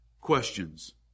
questions